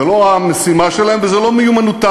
זה לא המשימה שלהם וזה לא מיומנותם.